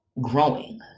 growing